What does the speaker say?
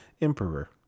Emperor